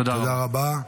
תודה רבה.